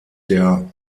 der